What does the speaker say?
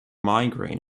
migraine